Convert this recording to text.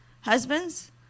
Husbands